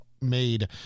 made